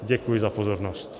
Děkuji za pozornost.